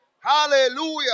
Hallelujah